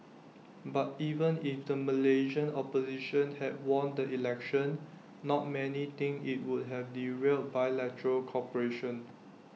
but even if the Malaysian opposition had won the election not many think IT would have derailed bilateral cooperation